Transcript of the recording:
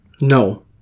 No